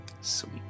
Sweet